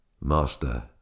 Master